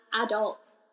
adults